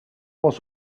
was